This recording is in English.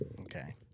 Okay